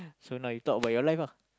so now you talk about your life lah